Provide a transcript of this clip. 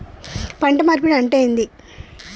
పంట మార్పిడి అంటే ఏంది?